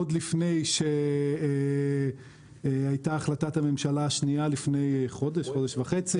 עוד לפני שהייתה החלטת הממשלה השנייה לפני חודש או חודש וחצי.